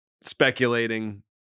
speculating